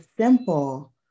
simple